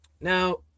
now